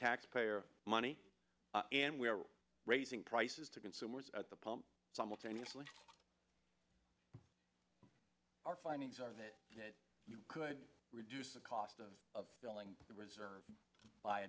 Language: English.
taxpayer money and we are raising prices to consumers at the pump simultaneously our findings are that you could reduce the cost of filling the reserve by